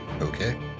Okay